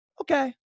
okay